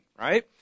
right